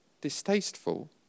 distasteful